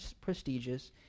prestigious